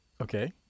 okay